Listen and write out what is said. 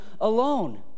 alone